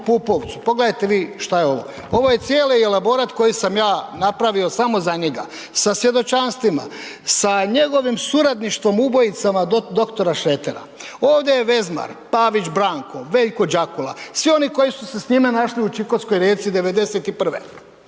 pogledajte vi što je ovo. Ovo je cijeli elaborat koji sam ja napravio samo za njega. Sa svjedočanstvima, sa njegovim suradništvom ubojicama dr. Šretera, ovdje je Vezmar, Pavić Branko, Veljko Džakula, svi oni koji su se s njime našli u Čikotskoj Rijeci '91.